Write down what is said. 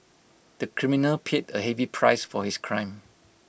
the criminal paid A heavy price for his crime